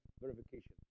verification